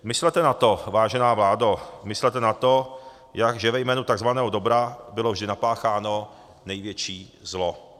Myslete na to, vážená vládo, myslete na to, že ve jménu takzvaného dobra bylo vždy napácháno největší zlo.